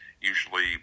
usually